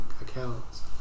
accounts